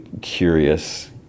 curious